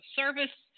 service